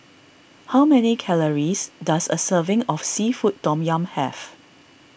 how many calories does a serving of Seafood Tom Yum have